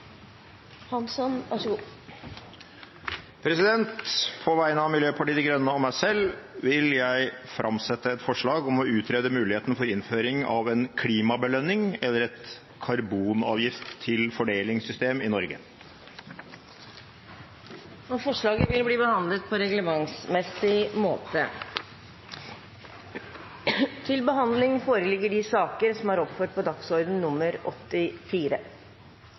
På vegne av Miljøpartiet De Grønne og meg selv vil jeg framsette et forslag om å utrede muligheten for innføring av en klimabelønning i Norge. Forslaget vil bli behandlet på reglementsmessig måte. Stortinget mottok mandag meddelelse fra Statsministerens kontor om at statsminister Erna Solberg vil møte til muntlig spørretime. Statsministeren er til stede, og vi er